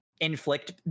inflict